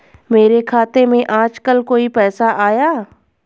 मेरे खाते में आजकल कोई पैसा आया?